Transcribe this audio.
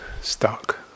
stuck